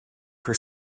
for